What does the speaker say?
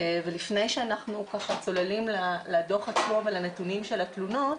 לפני שאנחנו צוללים לדוח עצמו ולנתונים של התלונות,